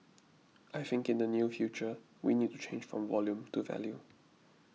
I think in the near future we need to change from volume to value